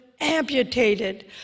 amputated